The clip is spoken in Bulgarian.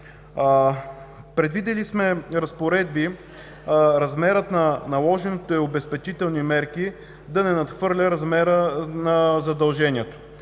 Предвидили сме разпоредби размерът на наложените обезпечителни мерки да не надхвърля размера на задължението.